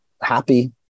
happy